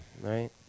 right